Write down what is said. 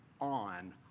on